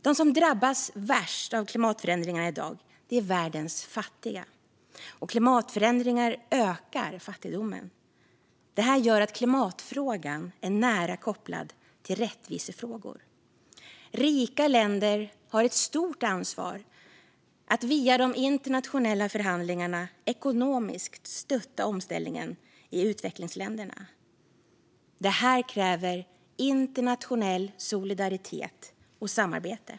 De som drabbas värst av klimatförändringarna i dag är världens fattiga, och klimatförändringar ökar fattigdomen. Detta gör att klimatfrågan är nära kopplad till rättvisefrågor. Rika länder har ett stort ansvar att via de internationella förhandlingarna ekonomiskt stötta omställningen i utvecklingsländerna. Det här kräver internationell solidaritet och samarbete.